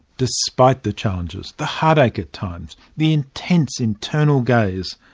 despite the challenges, the heartache at times, the intense internal gaze,